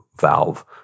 valve